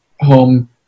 home